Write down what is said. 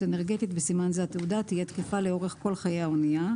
אנרגטית (בסימן זה התעודה) תהיה תקפה לאורך כל חיי האנייה.